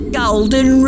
golden